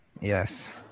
Yes